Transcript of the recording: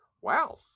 Wow